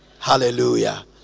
hallelujah